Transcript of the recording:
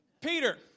Peter